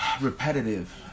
repetitive